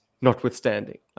notwithstanding